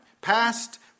past